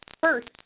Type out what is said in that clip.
First